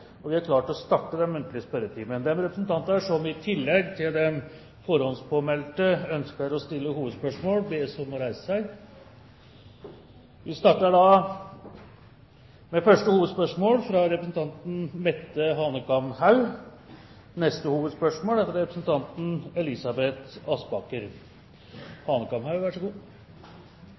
og vi er klare til å starte den muntlige spørretimen. De representanter som i tillegg til de forhåndspåmeldte ønsker å stille hovedspørsmål, bes om å reise seg. Vi starter da med første hovedspørsmål, fra representanten Mette Hanekamhaug. Mitt spørsmål går til kunnskapsminister Kristin Halvorsen. Ifølge Regjeringens forslag skal skolene være pliktige til å tilby leksehjelp fra